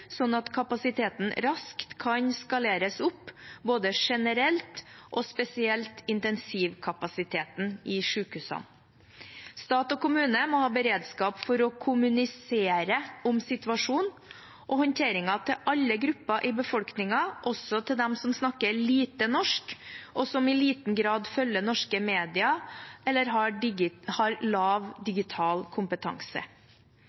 at kapasiteten raskt kan skaleres opp, både generelt og intensivkapasiteten i sykehusene spesielt. Stat og kommuner må ha beredskap for å kommunisere om situasjonen og håndteringen til alle grupper i befolkningen, også til dem som snakker lite norsk, som i liten grad følger norske medier, eller har